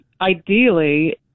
ideally